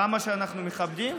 כמה שאנחנו מכבדים,